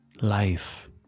life